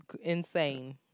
insane